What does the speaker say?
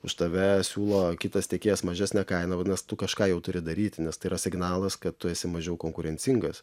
už tave siūlo kitas tiekėjas mažesne kaina vadinasi tu kažką jau turi daryti nes tai yra signalas kad tu esi mažiau konkurencingas